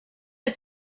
his